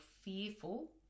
fearful